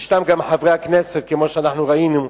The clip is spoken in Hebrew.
ישנם גם חברי כנסת, כמו שראינו,